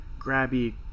grabby